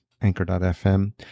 anchor.fm